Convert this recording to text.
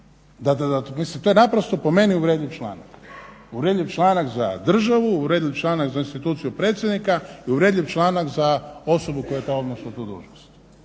svijetu. Mislim to je naprosto po meni uvredljiv članak za državu, uvredljiv članak za instituciju predsjednika i uvredljiv članak za osobu koja obnaša tu dužnost.